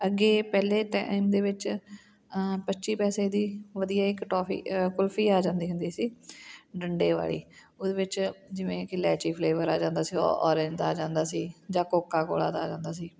ਅੱਗੇ ਪਹਿਲੇ ਟਾਇਮ ਦੇ ਵਿੱਚ ਪੱਚੀ ਪੈਸੇ ਦੀ ਵਧੀਆ ਇੱਕ ਟੋਫੀ ਕੁਲਫੀ ਆ ਜਾਂਦੀ ਹੁੰਦੀ ਸੀ ਡੰਡੇ ਵਾਲੀ ਉਹਦੇ ਵਿੱਚ ਜਿਵੇਂ ਕਿ ਲੈਚੀ ਫਲੇਵਰ ਆ ਜਾਂਦਾ ਸੀ ਔ ਔਰੇਂਜ ਦਾ ਆ ਜਾਂਦਾ ਸੀ ਜਾਂ ਕੋਕਾ ਕੋਲਾ ਦਾ ਆ ਜਾਂਦਾ ਸੀ